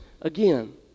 again